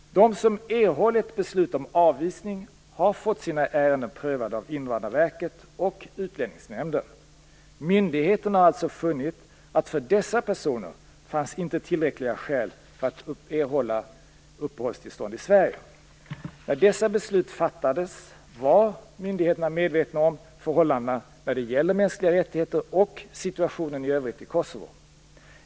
De som erhållit beslut om avvisning har fått sina ärenden prövade av Invandrarverket och Utlänningsnämnden. Myndigheterna har alltså funnit att för dessa personer fanns inte tillräckliga skäl för att erhålla uppehållstillstånd i Sverige. När dessa beslut fattades var myndigheterna medvetna om förhållandena när det gäller mänskliga rättigheter och situationen i övrigt i Kosovo.